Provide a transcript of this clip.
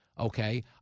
Okay